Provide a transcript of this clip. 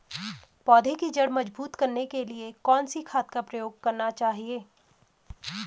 पौधें की जड़ मजबूत करने के लिए कौन सी खाद का प्रयोग करना चाहिए?